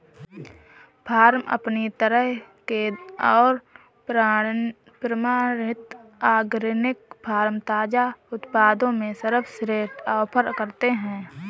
farm अपनी तरह के और प्रमाणित ऑर्गेनिक फ़ार्म ताज़ा उत्पादों में सर्वश्रेष्ठ ऑफ़र करते है